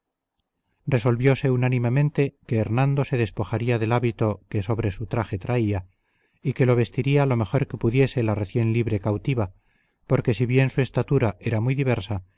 puesto resolvióse unánimemente que hernando se despojaría del hábito que sobre su traje traía y que lo vestiría lo mejor que pudiese la recién libre cautiva porque si bien su estatura era muy diversa